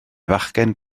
fachgen